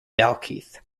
dalkeith